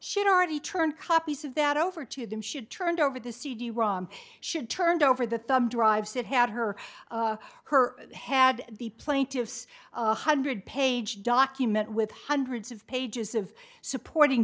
she'd already turned copies of that over to them should turned over the cd rom should turned over the thumb drives that had her her had the plaintiffs one hundred page document with hundreds of pages of supporting